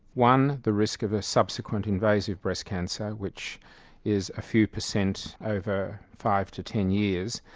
one, the risk of a subsequent invasive breast cancer which is a few per cent over five to ten years,